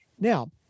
now